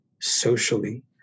socially